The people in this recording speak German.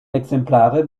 exemplare